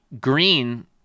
green